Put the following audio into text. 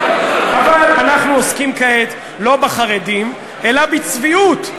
אבל אנחנו עוסקים כעת לא בחרדים אלא בצביעות,